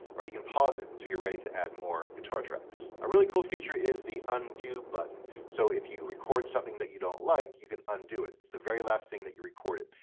or you can pause it until you're ready to add more guitar tracks. a really cool feature is the undo button. so if you record something that you don't like, you can undo it. it's the very last thing that you recorded.